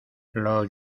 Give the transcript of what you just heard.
los